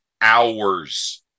hours